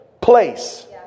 place